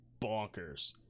bonkers